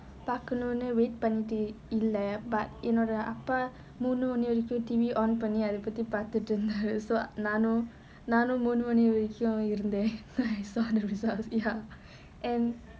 பாக்கனும்னு:paakanumnu wait பண்ணிட்டு இல்ல:pannittu illa but என்னோட அப்பா மூணு மணி வரைக்கும்:ennoda appa moonu mani varaikkum T_V பண்ணி அத பத்தி பாத்துட்டு இருந்தாரு:panni atha pathi paathuttu irunthaaru so நானும்:naanum நானும் மூணு மணி வரை பாத்துட்டு இருந்தேன்:naanum moonu mani varaikkum irunthaen so I was ya